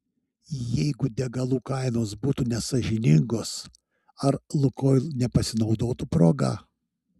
jeigu degalų kainos būtų nesąžiningos ar lukoil nepasinaudotų proga